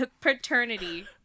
Paternity